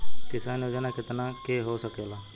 किसान योजना कितना के हो सकेला?